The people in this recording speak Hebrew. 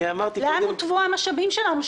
אני אמרתי --- לאן נותבו המשאבים שלנו,